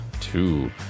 Two